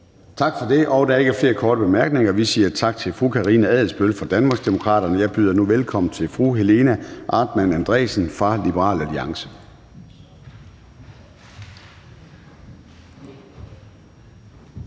Tak for det. Der er ikke flere korte bemærkninger, og så siger vi tak til fru Karina Adsbøl fra Danmarksdemokraterne. Jeg byder nu velkommen til fru Helena Artmann Andresen fra Liberal Alliance.